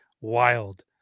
wild